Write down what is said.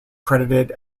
credited